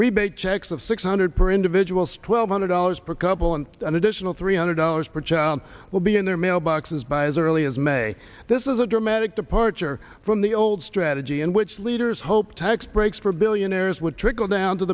rebate checks of six hundred per individuals twelve hundred dollars per couple and an additional three hundred dollars per child will be in their mailboxes by as early as may this is a dramatic departure from the old strategy in which leaders hope tax breaks for billionaire would trickle down to